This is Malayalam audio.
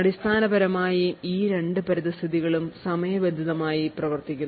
അടിസ്ഥാനപരമായി ഈ രണ്ട് പരിതസ്ഥിതികളും സമയബന്ധിതമായി പ്രവർത്തിക്കുന്നു